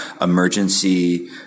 emergency